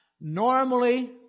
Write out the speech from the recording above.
Normally